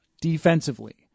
defensively